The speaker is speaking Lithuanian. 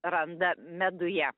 randa meduje